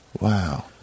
Wow